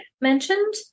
mentioned